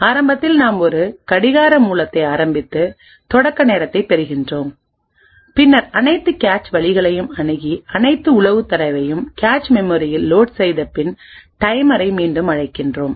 ஆரம்பத்தில் நாம் ஒரு கடிகார மூலத்தை ஆரம்பித்து தொடக்க நேரத்தைப் பெறுகிறோம் பின்னர் அனைத்து கேச் வழிகளையும் அணுகி அனைத்து உளவு தரவையும் கேச் மெமரியில் லோட் செய்த பின் டைமரை மீண்டும் அழைக்கிறோம்